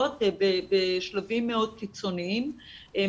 למשפחות באלימות,